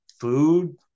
food